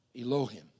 Elohim